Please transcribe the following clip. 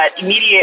immediate